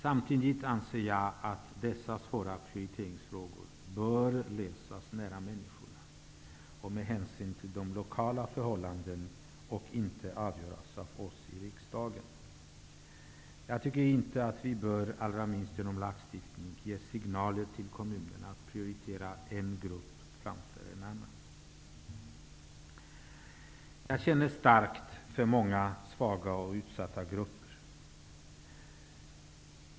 Samtidigt anser jag att dessa svåra prioriteringsfrågor bör lösas nära människorna och med hänsyn tagen till de lokala förhållandena och inte avgöras av oss i riksdagen. Vi bör inte -- allra minst genom lagstiftning -- ge signaler till kommunerna om att de skall prioritera en grupp framför en annan. Jag känner starkt för många svaga och utsatta grupper.